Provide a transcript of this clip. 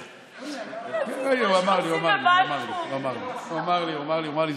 הוא אמר לי, הוא אמר לי, הוא אמר לי.